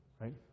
right